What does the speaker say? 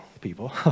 people